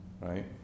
right